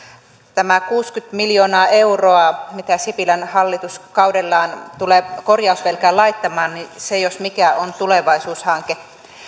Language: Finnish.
tämä kuusikymmentä miljoonaa euroa mitä sipilän hallitus kaudellaan tulee korjausvelkaan laittamaan niin se jos mikä on tulevaisuushanke